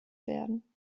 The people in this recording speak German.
werden